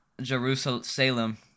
Jerusalem